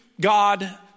God